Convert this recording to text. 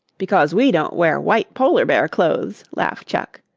because we don't wear white polar bear clothes, laughed chuck.